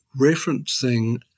referencing